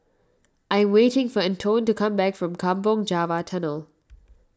I am waiting for Antone to come back from Kampong Java Tunnel